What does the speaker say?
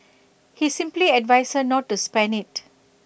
he simply advised her not to spend IT